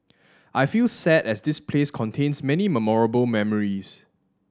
I feel sad as this place contains many memorable memories